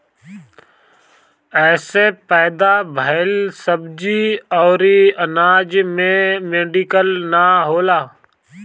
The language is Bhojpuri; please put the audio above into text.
एसे पैदा भइल सब्जी अउरी अनाज में केमिकल ना होला